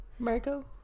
Marco